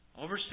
Over